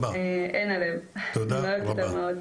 אין עליהם, אני אוהבת אותם מאוד.